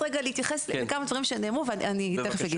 אבל רגע אני חייבת רגע להתייחס לכמה דברים שנאמרו ואני תכף אגיד.